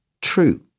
true